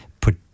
put